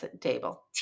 table